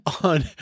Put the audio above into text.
on